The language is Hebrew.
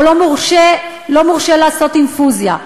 או לא מורשה לעשות אינפוזיה.